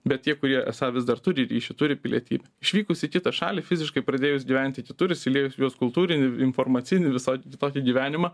bet tie kurie esą vis dar turi ryšį turi pilietybę išvykus į kitą šalį fiziškai pradėjus gyventi kitur įsiliejus į jos kultūrinį informacinį visai kitokį gyvenimą